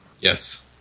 Yes